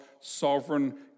sovereign